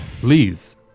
Please